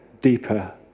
deeper